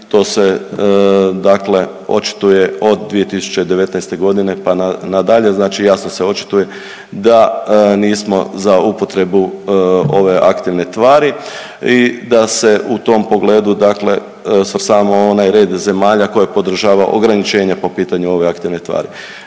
to se očituje od 2019.g. pa nadalje, znači jasno se očituje da nismo za upotrebu ove aktivne tvari i da se u tom pogledu svrstavamo u onaj red zemalja koje podržava ograničenje po pitanju ove aktivne tvari.